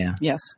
Yes